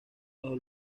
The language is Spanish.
bajo